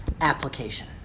application